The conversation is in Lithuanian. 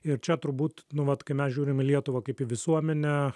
ir čia turbūt nu vat kai mes žiūrim į lietuvą kaip į visuomenę